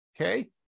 Okay